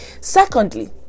Secondly